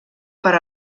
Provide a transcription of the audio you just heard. per